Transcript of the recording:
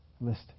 list